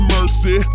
Mercy